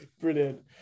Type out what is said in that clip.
Brilliant